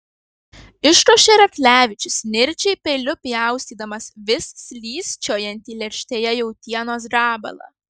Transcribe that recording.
iškošė raklevičius nirčiai peiliu pjaustydamas vis slysčiojantį lėkštėje jautienos gabalą